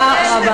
תודה רבה.